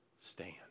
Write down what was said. stand